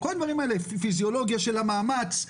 פיזיולוגיה של המאמץ,